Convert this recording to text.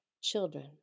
children